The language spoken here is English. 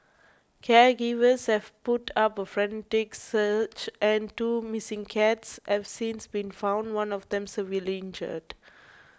caregivers have put up a frantic search and two missing cats have since been found one of them severely injured